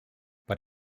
but